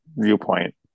Viewpoint